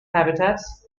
habitats